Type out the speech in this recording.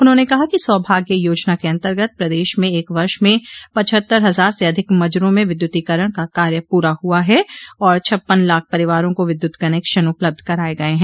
उन्होंने कहा कि सौभाग्य योजना के अन्तर्गत प्रदेश में एक वर्ष में पचहत्तर हजार से अधिक मजरों में विद्यूतीकरण का कार्य पूरा हुआ है और छप्पन लाख परिवारों को विद्युत कनेक्शन उपलब्ध कराये गये हैं